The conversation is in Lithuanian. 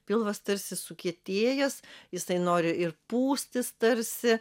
pilvas tarsi sukietėjęs jisai nori ir pūstis tarsi